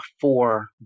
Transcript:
four